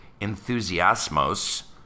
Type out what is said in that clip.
enthusiasmos